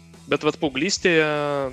bet vat paauglystėje